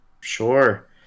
Sure